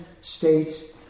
states